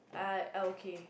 I I okay